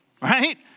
right